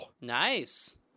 nice